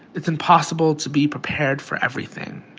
it's impossible to be prepared for everything.